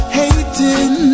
hating